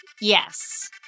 yes